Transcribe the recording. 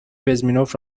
بزمینوف